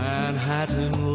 Manhattan